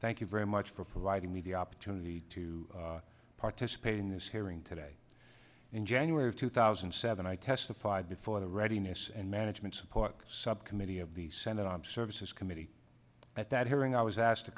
thank you very much for providing me the opportunity to participate in this hearing today in january of two thousand and seven i testified before the readiness and management support subcommittee of the senate armed services committee at that hearing i was asked to